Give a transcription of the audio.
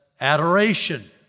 adoration